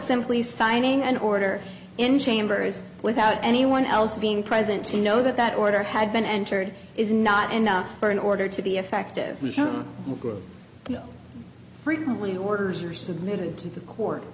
simply signing an order in chambers without anyone else being present to know that that order had been entered is not enough for an order to be effective and frequently orders are submitted to the court